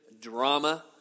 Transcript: drama